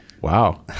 Wow